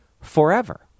forever